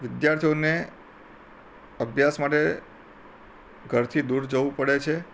વિદ્યાર્થીઓને અભ્યાસ માટે ઘરથી દૂર જવું પડે છે